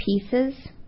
pieces